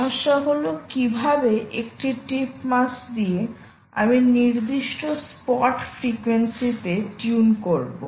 সমস্যা হল কীভাবে একটি টিপ মাস দিয়ে আমি নির্দিষ্ট স্পট ফ্রিকোয়েন্সিতে টিউন করব